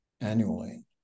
annually